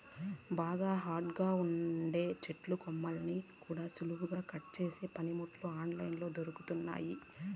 బాగా హార్డ్ గా ఉండే చెట్టు కొమ్మల్ని కూడా సులువుగా కట్ చేసే పనిముట్లు ఆన్ లైన్ లో దొరుకుతున్నయ్యి